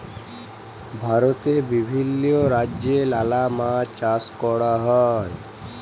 ভারতে বিভিল্য রাজ্যে লালা মাছ চাষ ক্যরা হ্যয়